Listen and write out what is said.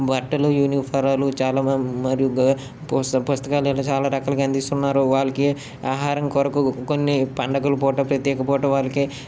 బట్టలు యూనిఫారాలు చాలా మరియు గ పుస పుస్తకాలు చాలా రకాలుగా అందిస్తున్నారు వాళ్ళకి ఆహారం కొరకు కొన్ని పండగల పూట ప్రత్యేక పూట వాళ్ళకి